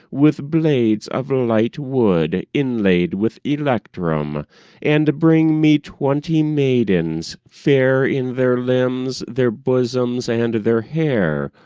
with blades of light wood, inlayed with electrum and bring me twenty maidens, fair in their limbs, their bosoms and their hair,